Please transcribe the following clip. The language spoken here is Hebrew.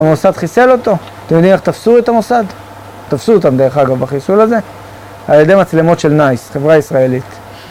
המוסד חיסל אותו, אתם יודעים איך תפסו את המוסד? תפסו אותם דרך אגב בחיסול הזה על ידי מצלמות של NICE, חברה ישראלית